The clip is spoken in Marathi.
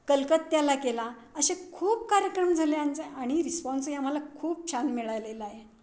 कलकत्त्याला केला असे खूप कार्यक्रम झाले आमचे आणि रिस्पॉन्सही आम्हाला खूप छान मिळालेला आहे